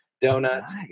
donuts